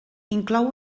inclou